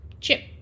chip